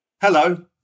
Hello